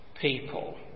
people